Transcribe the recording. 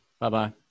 Bye-bye